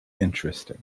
interesting